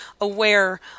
aware